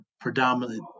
predominant